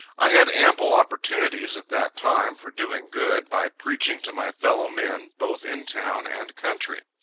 i had ample opportunities at that time, for doing good, by preaching to my fellow men, both in town and country.